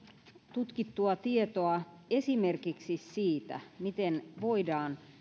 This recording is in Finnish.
tutkittua tietoa esimerkiksi siitä miten voidaan